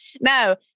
now